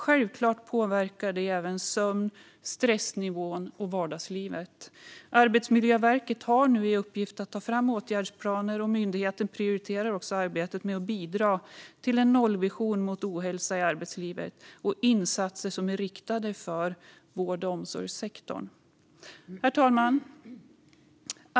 Självklart påverkar det även sömnen, stressnivån och vardagslivet. Arbetsmiljöverket har nu i uppgift att ta fram åtgärdsplaner, och myndigheten prioriterar arbetet med att bidra till en nollvision mot ohälsa i arbetslivet och insatser som är riktade mot vård och omsorgssektorn. Herr talman!